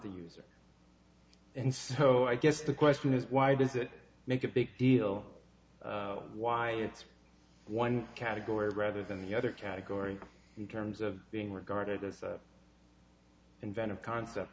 the user and so i guess the question is why does it make a big deal why it's one category rather than the other category in terms of being regarded as inventive concept